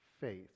faith